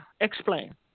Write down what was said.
Explain